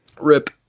Rip